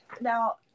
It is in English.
Now